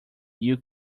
you